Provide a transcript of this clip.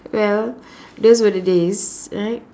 well those were the days right